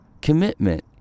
commitment